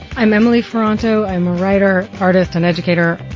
i'm emily ferrante. i'm a writer, artist and educator.